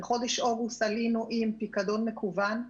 בחודש אוגוסט עלינו עם פיקדון מקוון.